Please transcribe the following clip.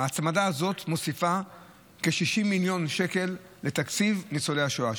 ההצמדה הזאת מוסיפה כ-60 מיליון שקל לתקציב ניצולי השואה.